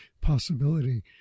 possibility